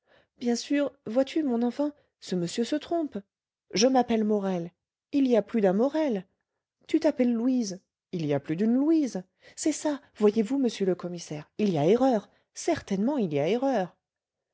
bien sûr vois-tu mon enfant ce monsieur se trompe je m'appelle morel il y a plus d'un morel tu t'appelles louise il y a plus d'une louise c'est ça voyez-vous monsieur le commissaire il y a erreur certainement il y a erreur